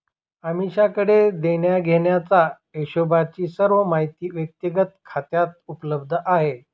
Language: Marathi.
अमीषाकडे देण्याघेण्याचा हिशोबची सर्व माहिती व्यक्तिगत खात्यात उपलब्ध आहे